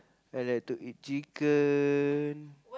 I like to eat chicken